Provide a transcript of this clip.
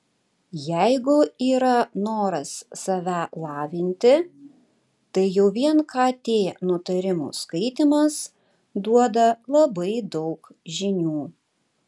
jeigu yra noras save lavinti tai jau vien kt nutarimų skaitymas duoda labai daug žinių